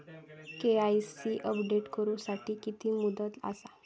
KYC update करू साठी किती मुदत आसा?